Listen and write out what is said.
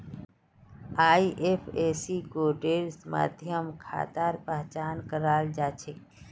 IFSC कोडेर माध्यम खातार पहचान कराल जा छेक